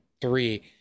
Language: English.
three